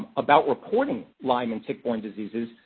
about reporting lyme and tick-borne diseases,